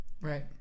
Right